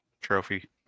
trophy